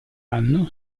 anno